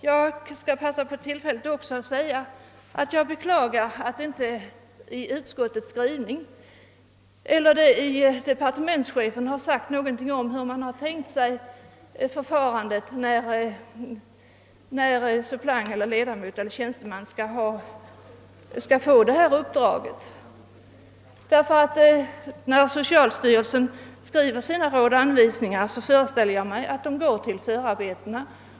Jag skall passa på att säga att jag beklagar att inte utskottet eller departementschefen har talat om hur man tänker sig att det skall gå till då en ledamot, en suppleant eller en tjänsteman skall få detta uppdrag. När socialstyrelsen skriver sina råd och anvisningar föreställer jag mig att man går till förarbetena.